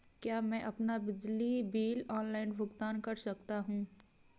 क्या मैं अपना बिजली बिल ऑनलाइन भुगतान कर सकता हूँ?